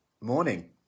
morning